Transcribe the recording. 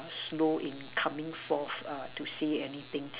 slow in coming forth uh to say anything